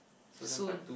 soon